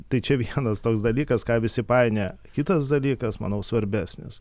tai čia vienas toks dalykas ką visi painioja kitas dalykas manau svarbesnis